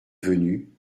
venu